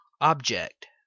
object